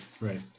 Right